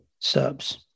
subs